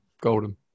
Golden